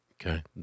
Okay